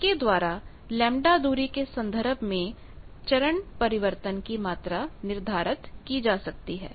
इसके द्वारा लैम्बडा दूरी के संदर्भ में चरण परिवर्तन की मात्रा निर्धारित की जा सकती है